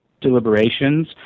deliberations